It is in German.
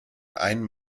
einen